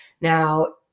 Now